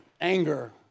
anger